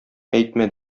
әйтмә